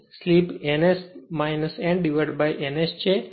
slip n S n divided by n S છે